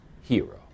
hero